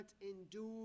endure